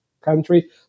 country